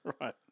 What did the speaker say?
Right